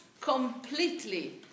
completely